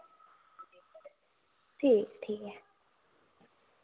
ठीक ठीक ऐ